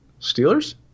Steelers